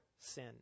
sin